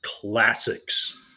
classics